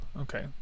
Okay